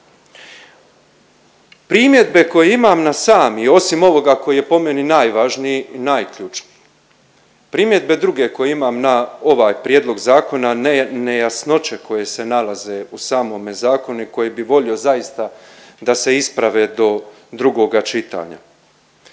Primjedbe koje imam na sami, osim ovoga koji je po meni najvažniji i najključniji. Primjedbe druge koje imam na ovaj prijedlog zakona, nejasnoće koje se nalaze u samome zakonu i koji bi volio zaista da se isprave do drugoga čitanja.